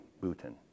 bhutan